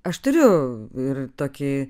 aš turiu ir tokį